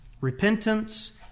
Repentance